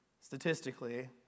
statistically